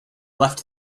left